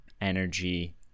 energy